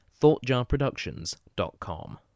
ThoughtJarProductions.com